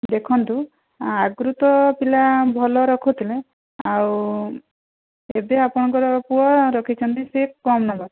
ଦେଖନ୍ତୁ ଆଗରୁ ତ ପିଲା ଭଲ ରଖୁଥିଲେ ଆଉ ଏବେ ଆପଣଙ୍କର ପୁଅ ରଖିଛନ୍ତି ସେ କମ ନମ୍ବର